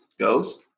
goes